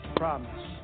promise